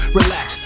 relax